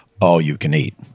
all-you-can-eat